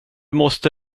måste